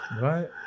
Right